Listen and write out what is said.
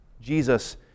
Jesus